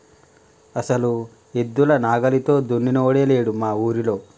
అసలు ఎద్దుల నాగలితో దున్నినోడే లేడు మా ఊరిలో